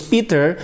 Peter